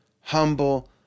humble